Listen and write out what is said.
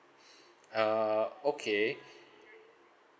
err okay